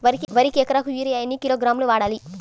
వరికి ఎకరాకు యూరియా ఎన్ని కిలోగ్రాములు వాడాలి?